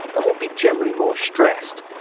and would be generally more stressed,